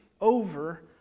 over